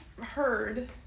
heard